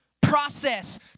process